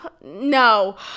No